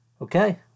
Okay